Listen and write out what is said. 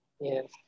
Yes